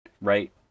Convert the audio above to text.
Right